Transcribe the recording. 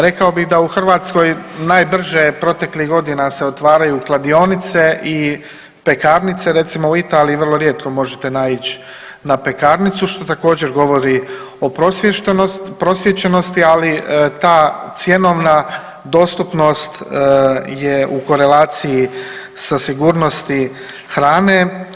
Rekao bih da u Hrvatskoj najbrže proteklih godina se otvaraju kladionice i pekarnice, recimo u Italiji vrlo rijetko možete naić na pekarnicu, što također govori o prosvjećenosti, ali ta cjenovna dostupnost je u korelaciji sa sigurnosti hrane.